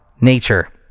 nature